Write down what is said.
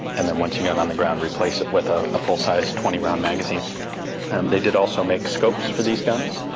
and then once you got on the ground, replace it with a full size twenty round magazine. and they did also make scopes for these guns,